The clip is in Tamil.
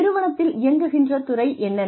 நிறுவனத்தில் இயங்குகின்ற துறை என்னென்ன